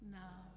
now